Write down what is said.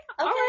Okay